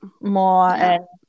more